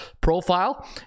profile